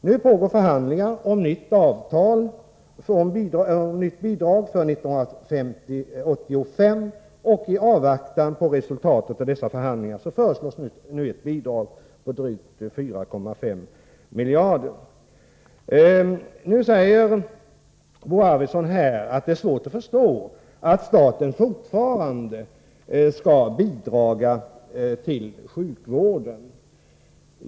Nu pågår förhandlingar om bidraget för 1985, och i avvaktan på resultatet av dessa förhandlingar föreslås nu ett bidrag på drygt 4,5 miljarder kronor. Bo Arvidson sade här att det var svårt att förstå att staten fortfarande skall bidraga till sjukvården.